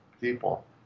people